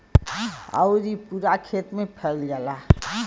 आउर इ पूरा खेत मे फैल जाला